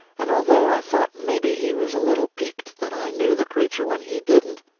and although i thought maybe he was a little piqued that i knew the creature when he didn't,